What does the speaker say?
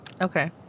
Okay